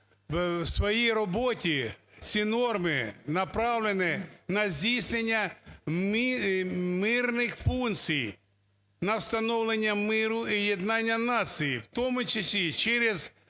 в своїй роботі ці норми направлені на здійснення мирних функцій, на встановлення миру і єднання нації, в тому числі через